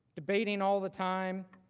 debating all the time,